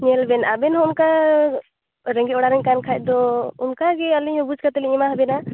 ᱧᱮᱞ ᱵᱤᱱ ᱟᱵᱮᱱ ᱦᱚ ᱚᱱᱠᱟ ᱨᱮᱜᱸᱮᱡ ᱚᱲᱟ ᱨᱮᱱ ᱠᱟᱱ ᱠᱷᱟᱡ ᱫᱚᱵᱮᱱ ᱚᱱᱠᱟ ᱜᱤ ᱟᱹᱞᱤᱧ ᱦᱚ ᱵᱩᱡ ᱠᱟᱛᱮ ᱞᱤᱧ ᱮᱢᱟ ᱦᱟᱵᱮᱱᱟ